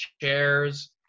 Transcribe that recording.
chairs